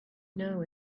know